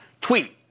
Tweet